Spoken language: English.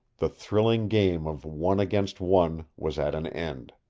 the thrilling game of one against one was at an end.